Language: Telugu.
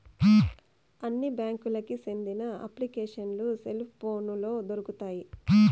అన్ని బ్యాంకులకి సెందిన అప్లికేషన్లు సెల్ పోనులో దొరుకుతాయి